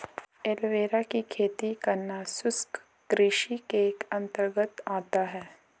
aloe vera की खेती करना शुष्क कृषि के अंतर्गत आता है